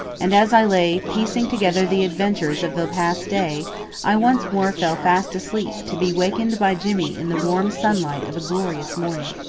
and as i lay piecing together the adventures of the past day i once more fell fast asleep to be awakened by jimmy in the warm sunlight of a glorious morning.